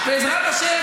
בעזרת השם,